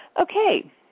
okay